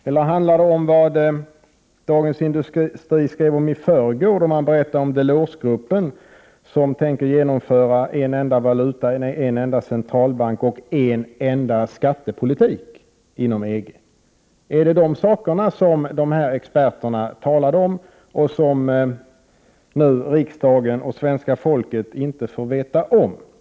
Eller handlar det om vad Dagens Industri skrev om i förrgår, då man berättade om Delors-gruppen som tänker genomföra en enda valuta, en enda centralbank och en enda skattepolitik inom EG? Är det de sakerna som experterna talade om och som nu riksdagen och svenska folket inte får veta?